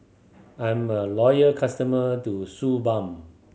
I'm a loyal customer to Suu Balm